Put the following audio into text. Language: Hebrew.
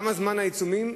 כמה זמן העיצומים?